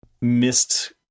missed